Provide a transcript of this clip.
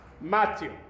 Matthew